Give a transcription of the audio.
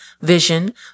vision